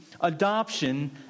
adoption